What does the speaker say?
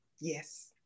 Yes